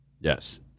Yes